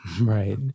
right